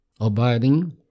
abiding